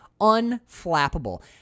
unflappable